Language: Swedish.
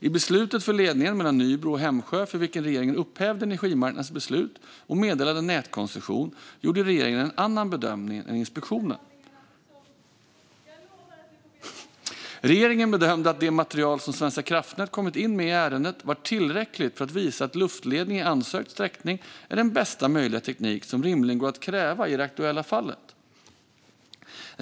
I beslutet för ledningen mellan Nybro och Hemsjö, för vilken regeringen upphävde Energimarknadsinspektionens beslut och meddelade nätkoncession, gjorde regeringen en annan bedömning än inspektionen. Regeringen bedömde att det material som Svenska kraftnät kommit in med i ärendet var tillräckligt för att visa att luftledning i ansökt sträckning är den bästa möjliga teknik som rimligen går att kräva i det aktuella fallet.